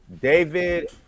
david